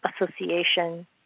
association